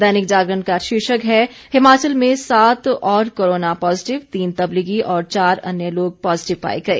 दैनिक जागरण का शीर्षक है हिमाचल में सात और कोरोना पॉजिटिव तीन तबलीगी और चार अन्य लोग पॉजिटिव पाए गए